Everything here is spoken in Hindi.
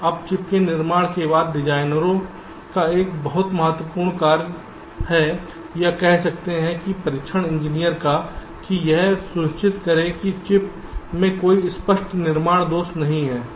अब चिप के निर्माण के बाद डिजाइनरों का एक बहुत महत्वपूर्ण कार्य है या आप कह सकते हैं कि परीक्षण इंजीनियर का कि यह सुनिश्चित करें कि चिप में कोई स्पष्ट निर्माण दोष नहीं है